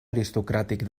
aristocràtic